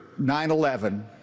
9-11